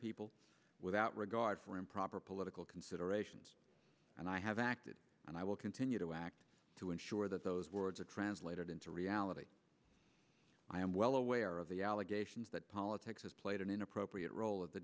people without regard for improper political consideration and i have acted and i will continue to act to ensure that those words are translated into reality i am well aware of the allegations that politics has played an inappropriate role of the